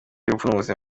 y’urupfu